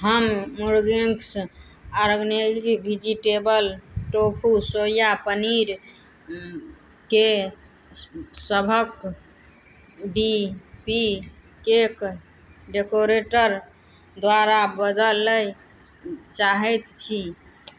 हम मुरगिन्स organic vegetable tofu soya पनीरके सबके डी पी केक डेकोरेटर द्वारा बदलै चाहै छी